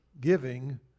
giving